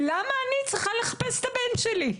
למה אני צריכה לחפש את הבן שלי?